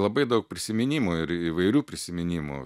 labai daug prisiminimų ir įvairių prisiminimų